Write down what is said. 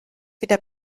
wieder